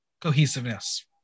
cohesiveness